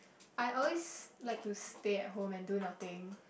I always like to stay at home and do nothing